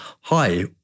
hi